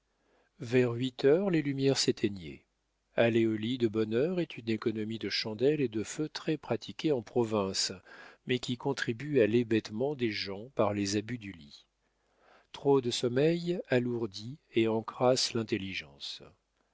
vers huit heures les lumières s'éteignaient aller au lit de bonne heure est une économie de chandelle et de feu très pratiquée en province mais qui contribue à l'hébétement des gens par les abus du lit trop de sommeil alourdit et encrasse l'intelligence